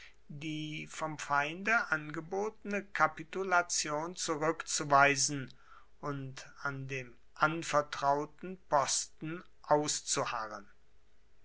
die vom feinde angebotene kapitulation zurückzuweisen und an dem anvertrauten posten auszuharren